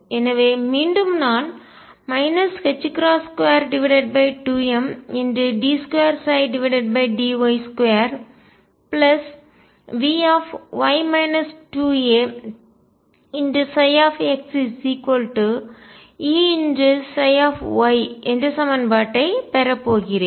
எனவே மீண்டும் நான் 22md2dy2Vy 2axEψy என்ற சமன்பாட்டைப் பெறப்போகிறேன்